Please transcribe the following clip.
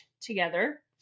together